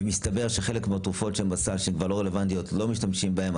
ואם יסתבר שחלק מהתרופות בסל הן כבר לא רלוונטיות וכבר לא משתמשים בהן,